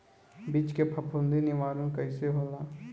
बीज के फफूंदी निवारण कईसे होला?